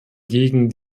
gegen